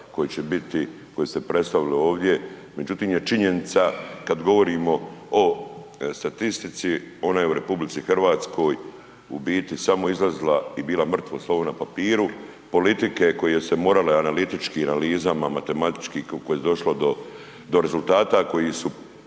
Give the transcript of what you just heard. koje će biti, koje se predstavilo ovdje međutim je činjenica kad govorimo o statistici, ona je u RH u biti samo izlazila i bila mrtvo slovo na papiru politike koje su se morale analitički analizama, matematički koje su došle do rezultata, koji su